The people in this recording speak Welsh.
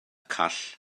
call